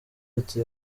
ati